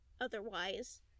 otherwise